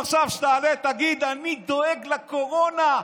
עכשיו כשתעלה ותגיד: אני דואג לקורונה,